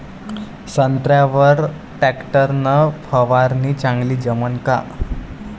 संत्र्यावर वर टॅक्टर न फवारनी चांगली जमन का?